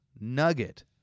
nugget